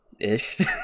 ish